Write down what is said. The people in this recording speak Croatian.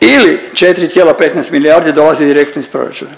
ili 4,15 milijardi dolazi direktno iz proračuna.